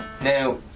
now